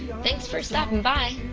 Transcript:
thanks for stopping by.